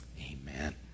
Amen